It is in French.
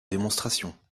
démonstration